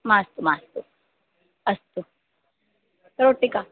मास्तु मास्तु अस्तु रोटिका